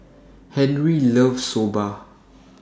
Henri loves Soba